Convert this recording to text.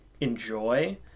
enjoy